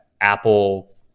Apple